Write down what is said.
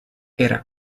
era